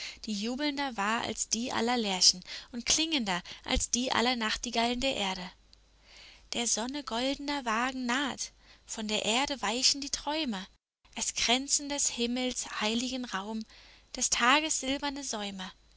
die jubelnder war als die aller lerchen und klingender als die aller nachtigallen der erde der sonne goldener wagen naht von der erde weichen die träume es kränzen des himmels heiligen raum des tages silberne säume